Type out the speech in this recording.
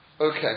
Okay